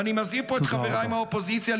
ואני מזהיר פה את חבריי מהאופוזיציה,